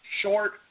short